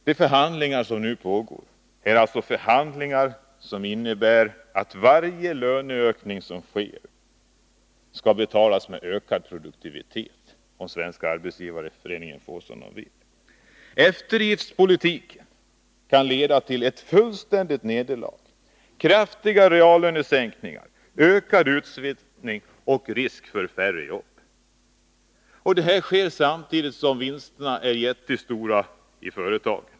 De förhandlingar som nu pågår innebär alltså att varje löneökning som sker skall betalas med ökad produktivitet, om Svenska arbetsgivareföreningen får som den vill. Eftergiftspolitiken kan leda till ett fullständigt nederlag med kraftiga reallönesänkningar, ökad utförsäkring och risk för färre jobb. Det här sker samtidigt som vinsterna är jättestora i företagen.